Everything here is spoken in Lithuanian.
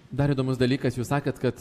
dar įdomus dalykas jūs sakėt kad